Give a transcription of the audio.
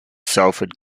salford